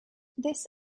this